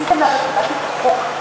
ניסיתם להפיל את החוק.